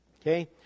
Okay